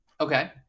Okay